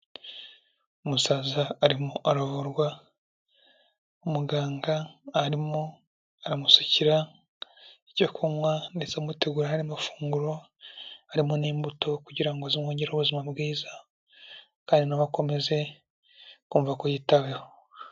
Umusaza arimo aravurwa, muganga arimo aramusukira icyo kunywa ndetse amutegura n'amafunguro harimo n'imbuto kugira ngo zimwongerere ubuzima bwiza kandi na we akomeze kumva ko yitaweho.